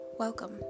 Welcome